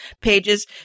pages